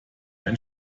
ein